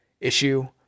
issue